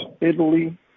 Italy